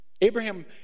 Abraham